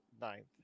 ninth